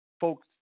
folks